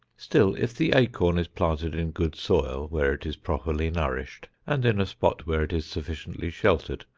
still if the acorn is planted in good soil, where it is properly nourished and in a spot where it is sufficiently sheltered,